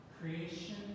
Creation